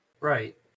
right